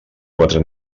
quatre